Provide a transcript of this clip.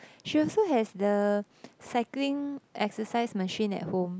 she also has the cycling exercise machine at home